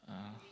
(uh huh)